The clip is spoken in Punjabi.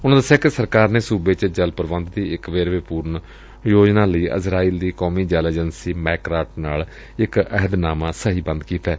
ਉਨਾਂ ਦਸਿਆ ਕਿ ਸਰਕਾਰ ਨੇ ਸੁਬੇ ਚ ਜਲ ਪ੍ਰਬੰਧ ਦੀ ਇਕ ਵੇਰਵੇਪੁਰਨ ਯੋਜਨਾ ਲਈ ਇਜ਼ਰਾਈਲ ਦੀ ਕੌਮੀ ਜਲ ਏਜੰਸੀ ਮੈਕਰਾਟ ਨਾਲ ਇਕ ਅਹਿਦਨਾਮਾ ਸਹੀਬੰਦ ਕੀਤੈ